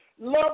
Love